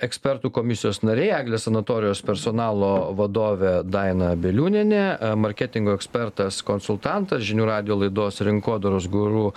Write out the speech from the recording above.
ekspertų komisijos nariai eglės sanatorijos personalo vadovė daina beliūnienė marketingo ekspertas konsultantas žinių radijo laidos rinkodaros guru